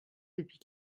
depuis